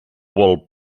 vol